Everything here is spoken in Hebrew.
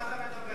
מה אתה מדבר?